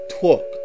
Talk